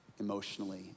emotionally